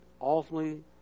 ultimately